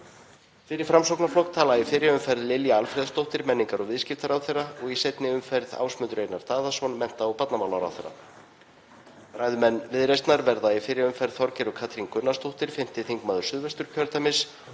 Fyrir Framsóknarflokk tala í fyrri umferð Lilja Alfreðsdóttir, menningar og viðskiptaráðherra, og í seinni umferð Ásmundur Einar Daðason, mennta- og barnamálaráðherra. Ræðumenn Viðreisnar verða í fyrri umferð Þorgerður Katrín Gunnarsdóttir, 5. þm. Suðvest., og